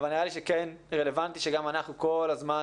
אבל נראה לי שכן רלוונטי שגם אנחנו כל הזמן